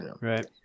Right